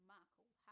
Markle